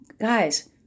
Guys